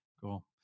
Cool